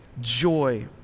joy